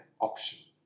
option